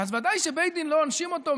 ודאי שבית דין לא עונשים אותו,